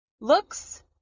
looks